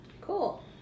Cool